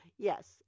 Yes